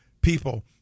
people